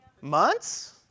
Months